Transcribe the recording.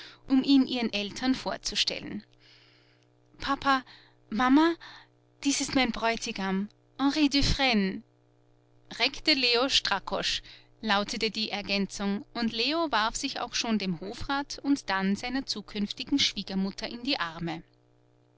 um ihn ihren eltern vorzustellen papa mama dies ist mein bräutigam henry dufresne recte leo strakosch lautete die ergänzung und leo warf sich auch schon dem hofrat und dann seiner zukünftigen schwiegermutter in die arme